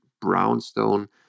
brownstone